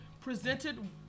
presented